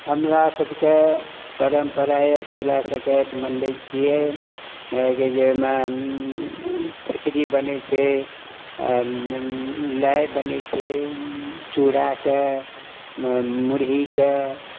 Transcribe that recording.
हमरासभके परम्परा यए तिला सङ्क्रान्ति मनबै छियै हलाँकि जे एहिमे खिछड़ी बनै छै लाइ बनै छै चूड़ाके मुरहीके